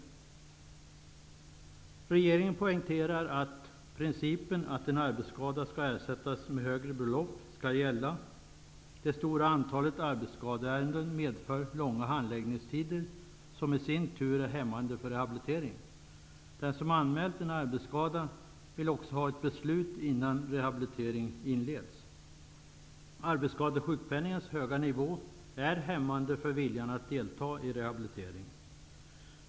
Regeringen poängterar att principen att en arbetsskada skall ersättas med högre belopp skall gälla. Det stora antalet arbetsskadeärenden medför långa handläggningstider som i sin tur är hämmande för rehabilitering. Den som anmält en arbetsskada vill också ha ett beslut innan rehabilitering inleds. Arbetsskadesjukpenningens höga nivå är hämmande för viljan att delta i rehabilitering.